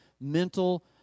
mental